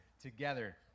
together